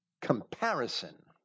comparison